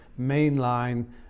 mainline